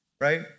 right